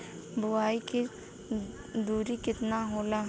बुआई के दूरी केतना होला?